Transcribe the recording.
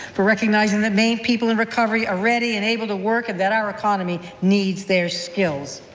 for recognizing that maine people in recovery are ready and able to work and that our economy needs their skills.